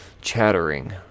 chattering